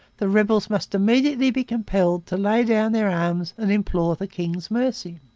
the rebels must immediately be compelled to lay down their arms and implore the king's mercy